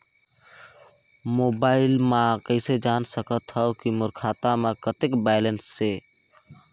Mobile म कइसे जान सकथव कि मोर खाता म कतेक बैलेंस से?